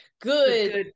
good